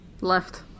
Left